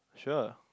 sure